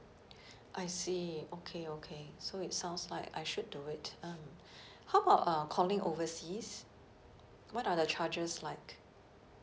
I see okay okay so it sounds like I should do it um how about uh calling overseas what are the charges like